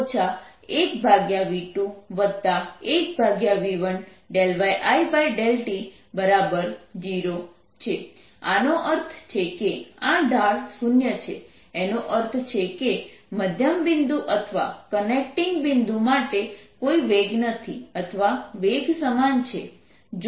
કારણકે yIyT yI∂tyT∂t 1v21v1yI∂t0 આનો અર્થ છે કે આ ઢાળ શૂન્ય છે એનો અર્થ છે કે મધ્યમ બિંદુ અથવા કનેક્ટિંગ બિંદુ માટે કોઈ વેગ નથી અથવા વેગ સમાન છે